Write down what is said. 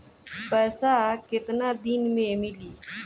पैसा केतना दिन में मिली?